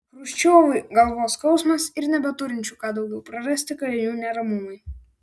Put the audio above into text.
chruščiovui galvos skausmas ir nebeturinčių ką daugiau prarasti kalinių neramumai